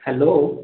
hello